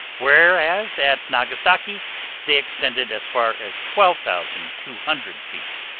whereas at nagasaki they extended as far as twelve thousand two hundred feet.